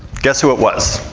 guess who it was?